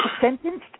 sentenced